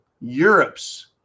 Europe's